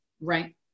right